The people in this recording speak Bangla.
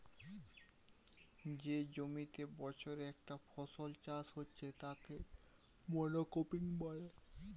যে জমিতে বছরে একটা ফসল চাষ হচ্ছে তাকে মনোক্রপিং বলে